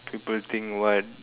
people think what